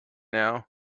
now